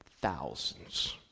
thousands